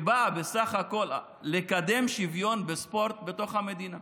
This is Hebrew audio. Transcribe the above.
שבאה בסך הכול לקדם שוויון בספורט בתוך המדינה.